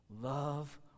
love